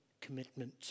commitment